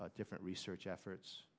different research efforts